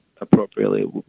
appropriately